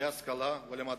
להשכלה ולמדע.